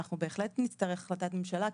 אנחנו בהחלט נצטרך החלטת ממשלה.